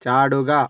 ചാടുക